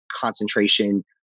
concentration